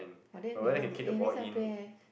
!wah! then you not good eh next time play eh